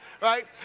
right